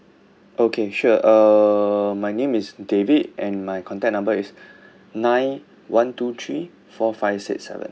okay sure uh my name is david and my contact number is nine one two three four five six seven